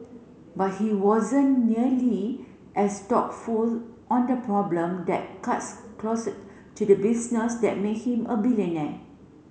but he wasn't nearly as thoughtful on the problem that cuts closest to the business that make him a billionaire